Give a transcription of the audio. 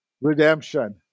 redemption